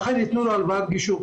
לכן ייתנו לו הלוואת גישור.